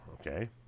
okay